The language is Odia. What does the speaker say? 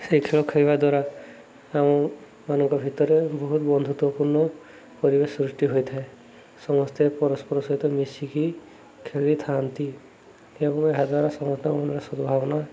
ସେହି ଖେଳ ଖେଳିବା ଦ୍ୱାରା ଆମ ମାନଙ୍କ ଭିତରେ ବହୁତ ବନ୍ଧୁତ୍ୱପୂର୍ଣ୍ଣ ପରିବେଶ ସୃଷ୍ଟି ହୋଇଥାଏ ସମସ୍ତେ ପରସ୍ପର ସହିତ ମିଶିକି ଖେଳିଥାନ୍ତି ଏବଂ ଏହାଦ୍ୱାରା ସମସ୍ତଙ୍କ ମନରେ ସଦ୍ ଭାବନା